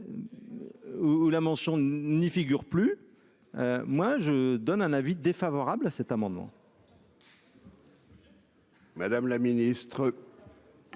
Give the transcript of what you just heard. Hou la mention n'y figure plus, moi, je donne un avis défavorable à cet amendement. Madame la ministre.